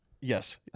Yes